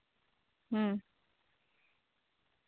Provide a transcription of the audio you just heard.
ᱦᱮᱸ